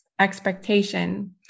expectation